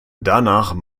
danach